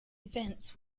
events